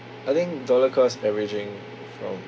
I think dollar cost averaging from